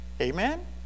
Amen